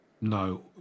No